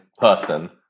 person